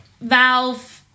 Valve